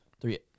Three